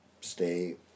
stay